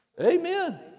Amen